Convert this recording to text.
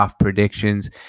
predictions